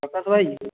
ପ୍ରକାଶ ଭାଇ